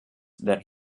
that